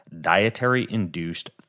dietary-induced